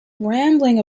rambling